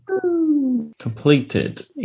completed